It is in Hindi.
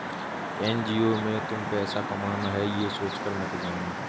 एन.जी.ओ में तुम पैसा कमाना है, ये सोचकर मत जाना